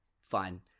fine